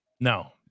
no